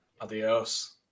Adios